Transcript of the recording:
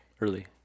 early